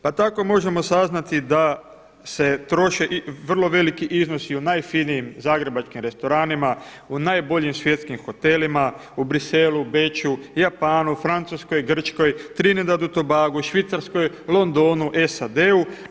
Pa tako možemo saznati da se troše i vrlo veliki iznosi u najfinijim zagrebačkim restoranima u najboljim svjetskim hotelima, u Bruxellesu, Beču, Japanu, Francuskoj, Grčkoj, Trinidad Tobagu, Švicarskoj, Londonu, SAD-u.